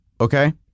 Okay